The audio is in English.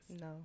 no